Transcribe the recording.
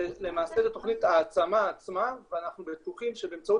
למעשה זו תוכנית העצמה ואנחנו בטוחים שבאמצעות